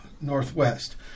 Northwest